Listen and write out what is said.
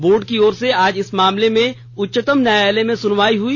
board की ओर से आज इस मामले में उच्चतम न्यायालय में सुनवाई हुई